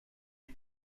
les